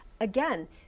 again